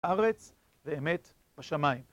ארץ ואמת בשמיים